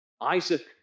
Isaac